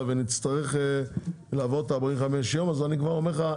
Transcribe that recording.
ונצטרך לעבור את ה-45 יום אז אני אומר לך,